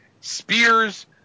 spears